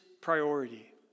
priority